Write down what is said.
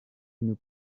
une